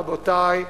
רבותי,